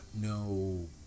no